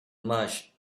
much